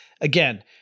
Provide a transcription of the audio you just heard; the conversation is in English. Again